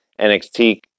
NXT